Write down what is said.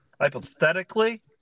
hypothetically